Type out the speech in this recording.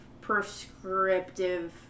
prescriptive